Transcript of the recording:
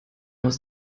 aus